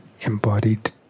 embodied